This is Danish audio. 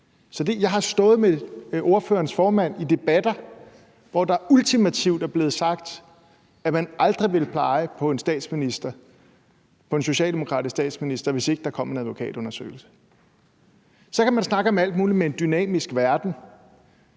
Jeg har stået med ordførerens formand i debatter, hvor der ultimativt er blevet sagt, at man aldrig ville pege på en socialdemokratisk statsminister, hvis ikke der kom en advokatundersøgelse. Så kan man snakke om alt muligt med en dynamisk verden,